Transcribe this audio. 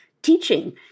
teaching